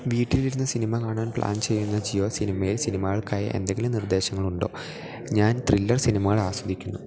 വീട്ടിലിരുന്ന് സിനിമ കാണാൻ പ്ലാൻ ചെയ്യുന്നു ജിയോ സിനിമയിൽ സിനിമകൾക്കായി എന്തെങ്കിലും നിർദ്ദേശങ്ങളുണ്ടോ ഞാൻ ത്രില്ലർ സിനിമകൾ ആസ്വദിക്കുന്നു